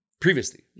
previously